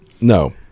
No